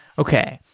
okay.